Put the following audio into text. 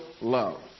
love